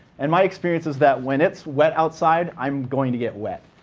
and my experience is that when it's wet outside, i'm going to get wet.